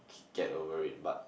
get over it but